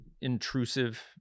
intrusive